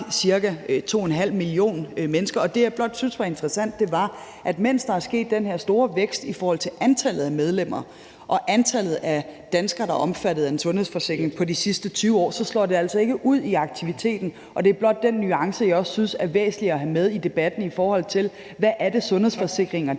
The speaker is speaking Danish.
ca. 2½ million mennesker – og det, jeg blot syntes var interessant, var, at mens der er sket den her store vækst i antallet af medlemmer og antallet af danskere, der er omfattet af en sundhedsforsikring, over de sidste 20 år, så slår det altså ikke ud i aktiviteten. Det er blot den nuance, jeg også synes er væsentlig at have med i debatten, i forhold til hvad det er, sundhedsforsikringer